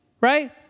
right